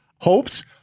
hopes